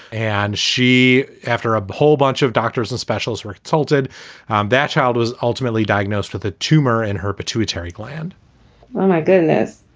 and she, after a whole bunch of doctors and specials were told, said that child was ultimately diagnosed with a tumor in her pituitary gland oh, my goodness.